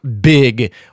big